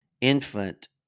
infant